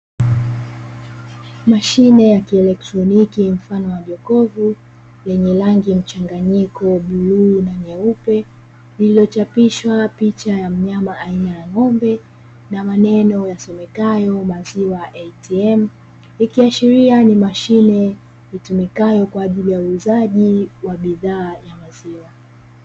Mashine ya kieletroniki mfano wa jokofu yenye rangi mchanganyiko buluu na nyeupe, iliyochapishwa picha ya mnyama aina ya ng'ombe. Na maneno yasomekayo "maziwa ATM" . Ikiashiria ni mashine itumikayo kwa ajili ya uuzaji wa bidhaa ya maziwa.